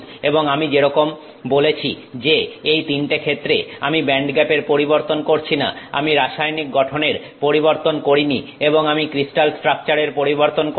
এবং আমি যেরকম বলেছি যে এই তিনটে ক্ষেত্রে আমি ব্যান্ডগ্যাপের পরিবর্তন করছি না আমি রাসায়নিক গঠনের পরিবর্তন করিনি এবং আমি ক্রিস্টাল স্ট্রাকচারের পরিবর্তন করিনি